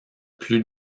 plus